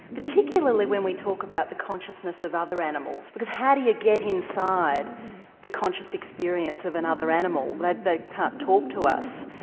particularly when we talk about the consciousness of other animals, because how do you get inside the conscious experience of another animal? like they can't talk to us.